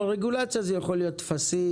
רגולציה זה יכול להיות טפסים,